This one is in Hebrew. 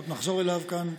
עוד נחזור אליו כאן,